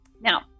Now